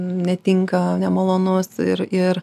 netinka nemalonus ir ir